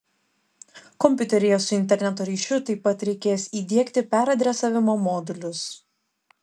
kompiuteryje su interneto ryšiu taip pat reikės įdiegti peradresavimo modulius